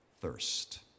thirst